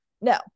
No